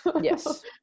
Yes